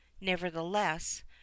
nevertheless